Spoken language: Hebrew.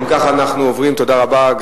תודה רבה,